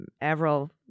Avril